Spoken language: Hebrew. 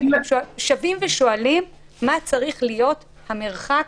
אתם שבים ושואלים מה צריך להיות המרחק,